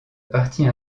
partie